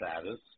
status